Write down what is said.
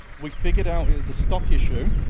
we figured out it was a stock issue.